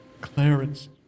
Clarence